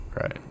Right